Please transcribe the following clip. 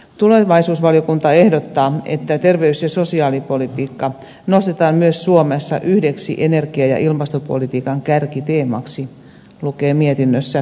tulevaisuusvaliokunta ehdottaa että terveys ja sosiaalipolitiikka nostetaan myös suomessa yhdeksi energia ja ilmastopolitiikan kärkiteemaksi lukee mietinnössä ja edelleen